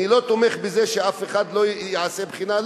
אני לא תומך בזה שאף אחד לא יעשה בחינה,